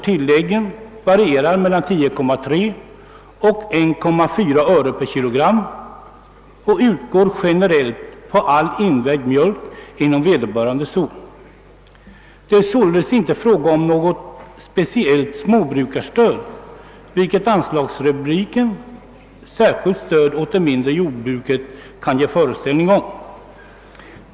Tillägget varierar mellan 10,3 och 1,4 öre per kilo och utgår generellt på all invägd mjölk inom vederbörande zon. Det är således inte fråga om något speciellt småbrukarstöd, vilket anslagsrubriken »Särskilt stöd åt det mindre jordbruket» kan ge ett intryck av.